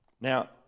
Now